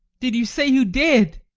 did you say you did?